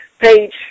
page